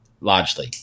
largely